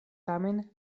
tamen